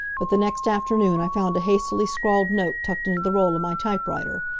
but the next afternoon i found a hastily scrawled note tucked into the roll of my typewriter.